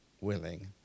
willing